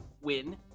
win